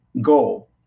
goal